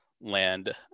land